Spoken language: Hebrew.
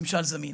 ממשל זמין.